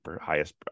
highest